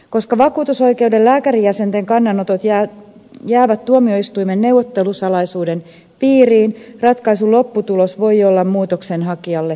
koska vakuutusoikeuden lääkärijäsenten kannanotot jäävät tuomioistuimen neuvottelusalaisuuden piiriin ratkaisun lopputulos voi olla muutoksenhakijalle yllätyksellinen